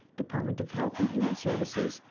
department of health and human services,